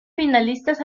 finalistas